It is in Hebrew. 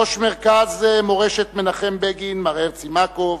ראש מרכז מורשת מנחם בגין, מר הרצל מקוב,